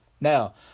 Now